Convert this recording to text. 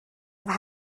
have